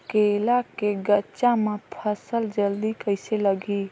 केला के गचा मां फल जल्दी कइसे लगही?